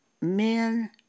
men